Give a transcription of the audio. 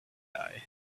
die